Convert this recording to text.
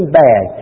bad